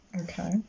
Okay